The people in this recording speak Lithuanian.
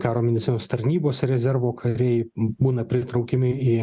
karo medicinos tarnybos rezervo kariai būna pritraukiami į